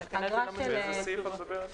אגרה של --- על איזה סעיף את מדברת?